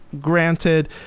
granted